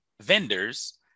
vendors